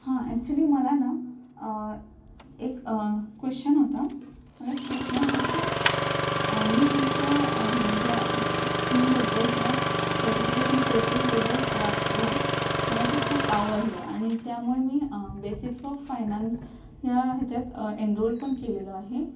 हां ॲक्च्युली मला ना एक क्वेशन होता मला एक प्रश्न होता की मी तुमच्या ह्या स्कीमबद्दल किंवा सर्टिफिकेशन कोर्सेसबद्दल वाचलं मला ते खूप आवडलं आणि त्यामुळे मी बेसिक्स ऑफ फायनान्स ह्या ह्याच्यात एनरोल पण केलेलं आहे